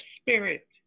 spirit